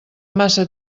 massa